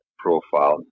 profile